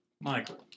Michael